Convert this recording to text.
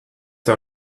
der